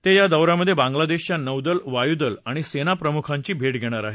ते या दौ यामधे बांगलादेशच्या नौदल वायूदल आणि सेनाप्रमुखांची भेट घेणार आहेत